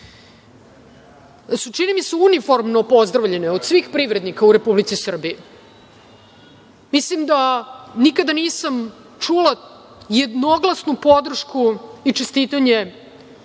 su čini mi se, uniformno pozdravljene od svih privrednika u Republici Srbiji. Mislim da nikada nisam čula jednoglasnu podršku i čestitanje